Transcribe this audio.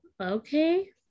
Okay